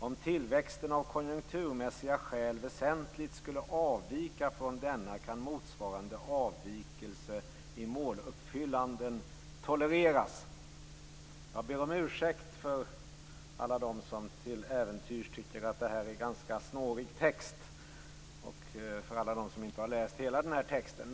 Om tillväxten av konjunkturmässiga skäl väsentligt skulle avvika från denna kan motsvarande avvikelse i måluppfyllanden tolereras. Jag ber om ursäkt för alla dem som till äventyrs tycker att detta är en ganska snårig text och för alla dem som inte har läst hela texten.